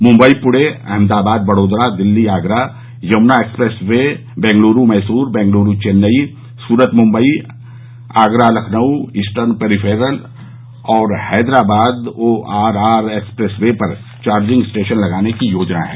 Mumbai Pune Ahmedabad Vadodara Delhi Agra Yamuna expressway Bengaluru Mysore Bengaluru Chennai Surat Mumbai Agra Lucknow eastern peripheral और Hyderabad ORR expressway पर charging station लगाने की योजना है